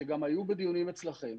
שגם היו בדיונים אצלכם,